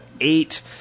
eight